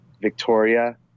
Victoria